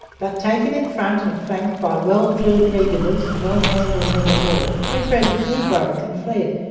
but, taken in front and flank by well-drilled regulars and well-handled men-of-war, they presently broke and fled.